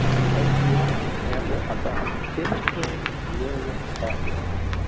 the yeah acs will sample about fifteen million addresses.